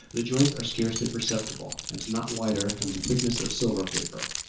the joints are scarcely perceptible, and not wider than the thickness of silver-paper,